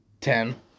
ten